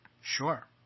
Sure